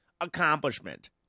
accomplishment